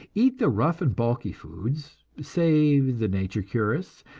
eat the rough and bulky foods, say the nature curists,